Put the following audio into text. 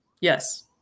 Yes